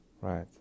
Right